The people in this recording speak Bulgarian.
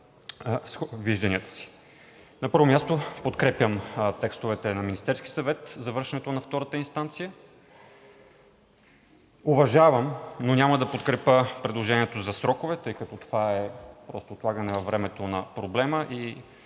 На първо място, подкрепям текстовете на Министерския съвет за връщането на втората инстанция. Уважавам, но няма да подкрепя предложението за срокове, тъй като това е просто отлагане във времето на проблема